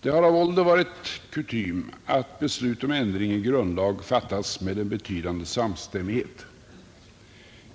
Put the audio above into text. Det har av ålder varit kutym att beslut om ändring i grundlag fattats med en betydande samstämmighet.